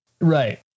right